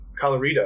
Colorado